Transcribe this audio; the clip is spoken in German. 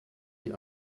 die